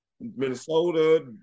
Minnesota